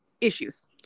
issues